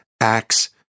acts